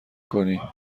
کنی